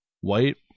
White